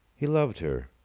he loved her.